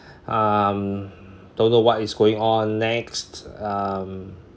um don't know what is going on next um